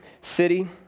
city